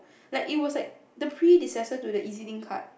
like it was like the predecessor to the E_Z-Link card